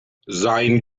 sein